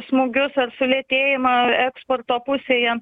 smūgius ar sulėtėjimą eksporto pusėje